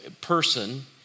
person